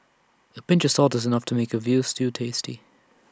A pinch of salt is enough to make A Veal Stew tasty